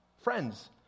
Friends